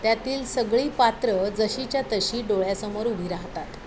त्यातील सगळी पात्रं जशीच्या तशी डोळ्यासमोर उभी राहातात